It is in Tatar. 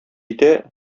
итә